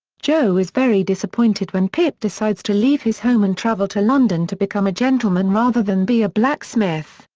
joe is very disappointed when pip decides to leave his home and travel to london to become a gentleman rather than be a blacksmith.